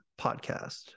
podcast